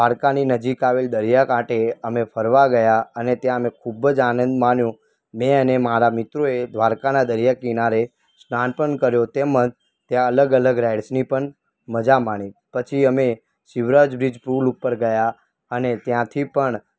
દ્વારકાની નજીક આવેલ દરિયાકાંઠે અમે ફરવા ગયા અને ત્યાં અમે ખૂબ જ આનંદ માણ્યો મેં અને મારા મિત્રોએ દ્વારકાના દરિયા કિનારે સ્નાન પણ કર્યું તેમજ ત્યાં અલગ અલગ રાઇડ્સની પણ મજા માણી પછી અમે શિવરાજ બ્રિજ પૂલ ઉપર ગયા અને ત્યાંથી પણ